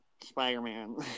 Spider-Man